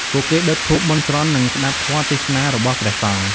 ពួកគេដុតធូប បន់ស្រន់ និងស្តាប់ធម៌ទេសនារបស់ព្រះសង្ឃ។